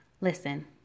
Listen